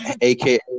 AKA